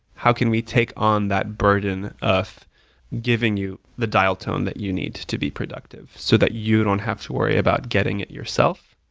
how can we take on that burden of giving you the dialtone that you need to be productive so that you don't have to worry about getting it yourself?